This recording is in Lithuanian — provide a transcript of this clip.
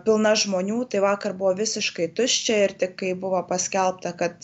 pilna žmonių tai vakar buvo visiškai tuščia ir tik kai buvo paskelbta kad